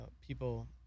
people